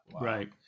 Right